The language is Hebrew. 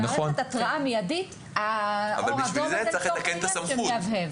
מערכת התרעה מידית, אור אדום שמהבהב.